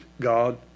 God